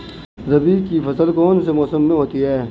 रबी की फसल कौन से मौसम में होती है?